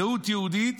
זהות יהודית,